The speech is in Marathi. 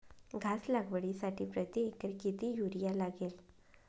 घास लागवडीसाठी प्रति एकर किती युरिया लागेल?